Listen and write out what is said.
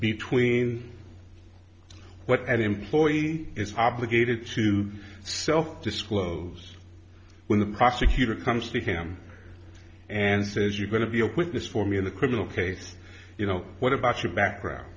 between what an employee is obligated to self disclose when the prosecutor comes to him and says you're going to be a witness for me in the criminal case you know what about your background